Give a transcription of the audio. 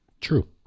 true